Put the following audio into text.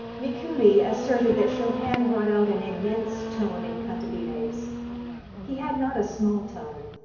mikuli asserted that chopin brought out an immense tone in cantabiles. he had not a small tone,